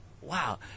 wow